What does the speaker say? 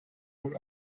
wohl